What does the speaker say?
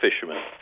fishermen